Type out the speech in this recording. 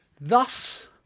Thus